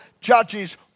judges